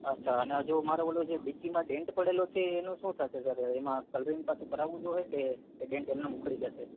અચ્છા અને હજુ મારે પેલો ડેકીમાં ડેન્ટ પડેલો છે એનું શું થશે સર એમાં કોલરિંગ કશું કરાવવું જોઇશે કે ડેન્ટ એમ નેમ ઉખડી જશે